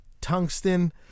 tungsten